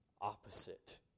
opposite